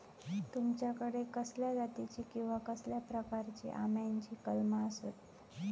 तुमच्याकडे कसल्या जातीची किवा कसल्या प्रकाराची आम्याची कलमा आसत?